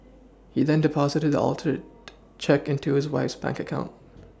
he then Deposited the altered cheque into his wife's bank account